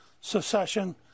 secession